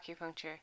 acupuncture